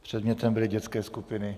Předmětem byly dětské skupiny.